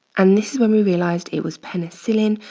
and this is when we realized it was penicillin,